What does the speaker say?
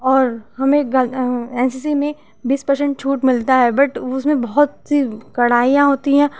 और हमें गल एन सी सी में बीस परसेंट छूट मिलता है बट उसमें बहुत सी कड़ाइयाँ होती है